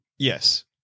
Yes